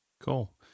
Cool